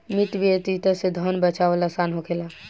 मितव्ययिता से धन बाचावल आसान होखेला